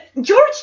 George